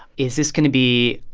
is this going to be,